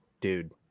dude